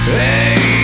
hey